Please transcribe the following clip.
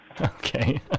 Okay